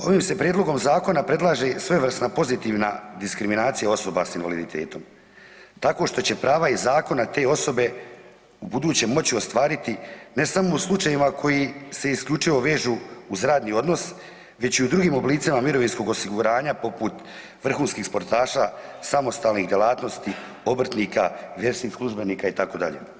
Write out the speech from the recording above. Ovim se prijedlogom zakona predlaže svojevrsna pozitivna diskriminacija osoba s invaliditetom tako što će prava iz zakona te osobe u buduće moći ostvariti ne samo u slučajevima koji se isključivo vežu uz radni odnos već i u drugim oblicima mirovinskog osiguranja, poput vrhunskih sportaša, samostalnih djelatnosti, obrtnika, vjerskih službenika itd.